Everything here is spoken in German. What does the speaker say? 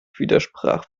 widersprach